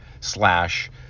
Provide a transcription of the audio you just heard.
slash